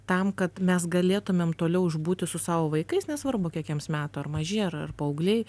tam kad mes galėtumėm toliau išbūti su savo vaikais nesvarbu kiek jiems metų ar maži ar ar paaugliai